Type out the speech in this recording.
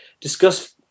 discuss